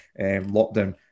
lockdown